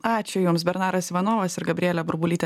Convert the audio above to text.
ačiū jums bernaras ivanovas ir gabrielė burbulytė